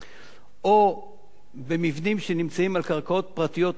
או במבנים שנמצאים על קרקעות פרטיות מוסדרות